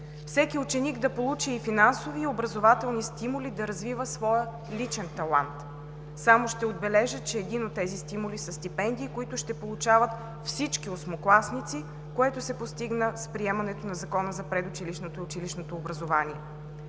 всеки ученик да получи и финансови, и образователни стимули да развива своя личен талант. Само ще отбележа, че един от тези стимули са стипендии, които ще получават всички осмокласници, което се постигна с приемането на Закона за предучилищното и училищното образование;